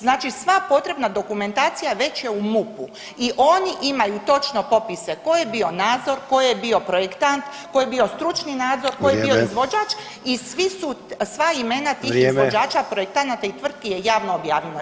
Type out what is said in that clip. Znači sva potrebna dokumentacija već je u MUP-u i oni imaju točno popise tko je bio nadzor, tko je bio projektant, tko je bio stručni nadzor, tko je bio izvođač i svi su, sva imena tih izvođača [[Upadica Sanader: Vrijeme.]] projektanata i tvrtki je javno objavljiva.